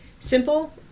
Simple